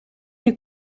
est